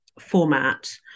format